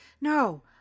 No